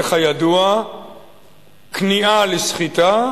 וכידוע כניעה לסחיטה